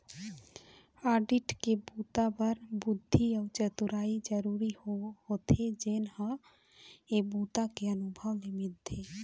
audit के बूता बर बुद्धि अउ चतुरई जरूरी होथे जेन ह ए बूता के अनुभव ले मिलथे